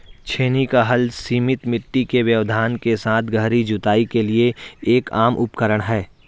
छेनी का हल सीमित मिट्टी के व्यवधान के साथ गहरी जुताई के लिए एक आम उपकरण है